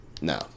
No